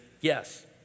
yes